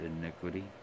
iniquity